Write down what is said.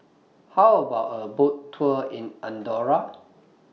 How about A Boat Tour in Andorra